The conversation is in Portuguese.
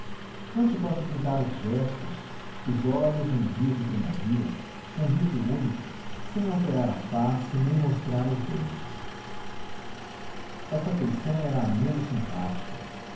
não te posso pintar os gestos os olhos e um riso que não ria um riso único sem alterar a face nem mostrar os dentes essa feição era a menos simpática